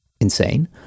insane